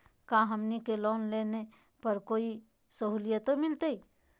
का हमनी के लोन लेने पर कोई साहुलियत मिलतइ?